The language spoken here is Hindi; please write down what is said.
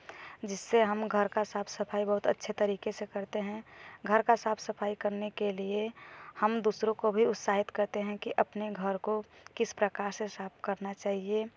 जिससे हम घर का साफ़ सफ़ाई बहुत अच्छे तरीके से करते हैं घर का साफ़ सफ़ाई करने के लिए हम दूसरों को भी उत्साहित करते हैं कि अपने घर को किस प्रकार से साफ़ करना चाहिए